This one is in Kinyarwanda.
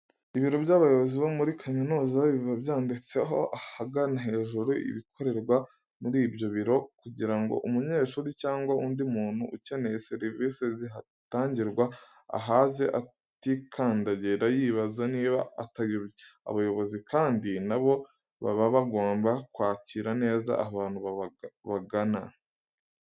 Ibiro by'abayobozi bo muri kaminuza biba byanditseho ahagana hejuru ibikorerwa muri ibyo biro kugira ngo umunyeshuri cyangwa undi muntu ukeneye serivise zihatangirwa ahaze atikandagira yibaza niba atayobye. Abayobozi kandi na bo baba bagomba kwakira neza abantu bagana.